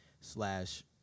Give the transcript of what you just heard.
slash